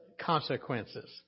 consequences